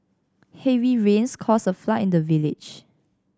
heavy rains caused a flood in the village